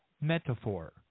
metaphor